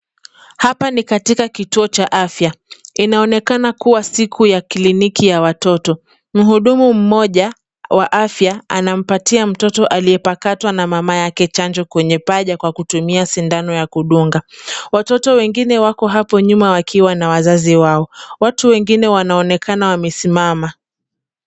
Hapa ni katika kituo cha afya. Inaonekana kuwa siku ya kliniki ya watoto. Mhudumu mmoja wa afya anampatia mtoto aiyepakatwa na mama yake chanjo kwenye paja kwa kutumia sindano ya kudunga. Watoto wengine wako hapo nyuma wakiwa na wazazi wao. Watu wengine wanaonekana wamesimama.